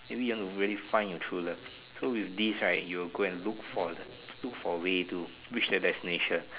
maybe you want to really find your true love so with this right you will go and look for the look for way to reach the destination